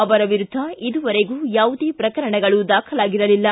ಅವರ ವಿರುದ್ಧ ಇದುವರೆಗೂ ಯಾವುದೇ ಪ್ರಕರಣಗಳು ದಾಖಲಾಗಿರಲಿಲ್ಲ